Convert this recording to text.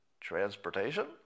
Transportation